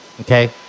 okay